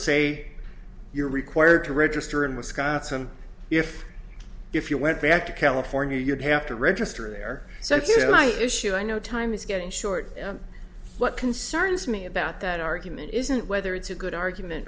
say you're required to register in wisconsin if if you went back to california you'd have to register their so if you know my issue i know time is getting short what concerns me about that argument isn't whether it's a good argument